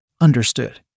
Understood